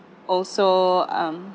also um